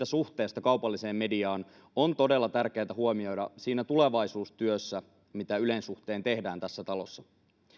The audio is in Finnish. suhteesta kaupalliseen mediaan on todella tärkeätä huomioida siinä tulevaisuustyössä mitä ylen suhteen tehdään tässä talossa